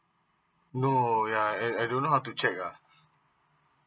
moreover uh at I don't know how to check ah